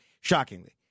shockingly